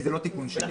כי זה לא תיקון שלי.